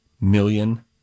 million